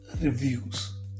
reviews